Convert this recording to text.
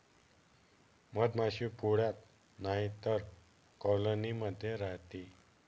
मधमाशी पोळ्यात नाहीतर कॉलोनी मध्ये राहते